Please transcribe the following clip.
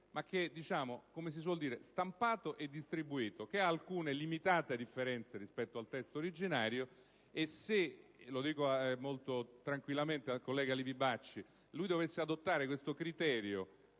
dire, è stampato e distribuito ed è caratterizzato da alcune limitate differenze rispetto al testo originario. Lo dico molto tranquillamente al collega Livi Bacci: se lui dovesse adottare questo criterio